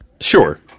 Sure